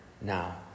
now